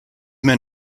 men